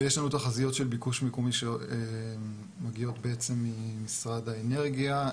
יש לנו תחזיות של ביקוש מקומי שמגיעות ממשרד האנרגיה,